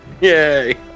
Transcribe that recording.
Yay